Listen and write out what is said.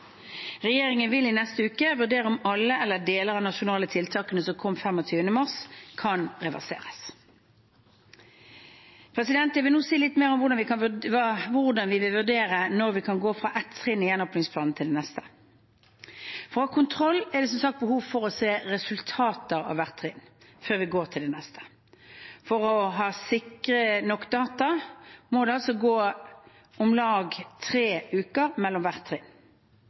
Regjeringen vil i neste uke vurdere om alle eller deler av de nasjonale tiltakene som kom 25. mars, kan reverseres. Jeg vil nå si litt mer om hvordan vi vil vurdere når vi kan gå fra ett trinn i gjenåpningsplanen til det neste. For å ha kontroll er det som sagt behov for å se resultater av hvert trinn før vi går til det neste. For å ha sikre nok data må det gå om lag tre uker mellom hvert trinn.